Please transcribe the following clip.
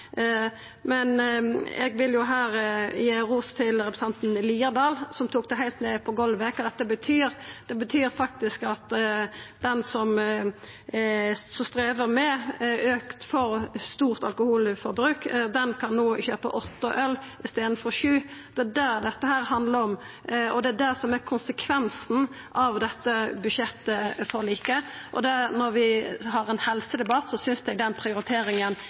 men eg vil her gi ros til representanten Haukeland Liadal, som tok heilt ned på golvet kva dette betyr. Det betyr faktisk at den som strevar med for stort alkoholforbruk, no kan kjøpa åtte øl i staden for sju. Det er det dette handlar om, og det er det som er konsekvensen av dette budsjettforliket. Og når vi har ein helsedebatt, synest eg den prioriteringa